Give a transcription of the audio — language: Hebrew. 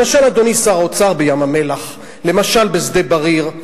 למשל, אדוני שר האוצר, בים-המלח, למשל, בשדה-בריר.